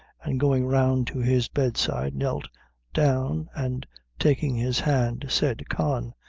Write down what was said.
and going round to his bedside, knelt down, and taking his hand, said con,